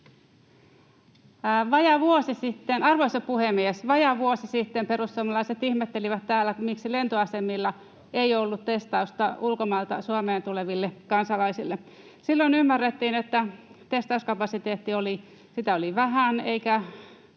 Arvoisa puhemies! Vajaa vuosi sitten perussuomalaiset ihmettelivät täällä, miksi lentoasemilla ei ollut testausta ulkomailta Suomeen tuleville kansalaisille. Silloin ymmärrettiin, että testauskapasiteettia oli vähän, ja